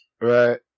Right